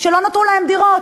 שלא נתנו להם דירות.